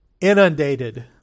inundated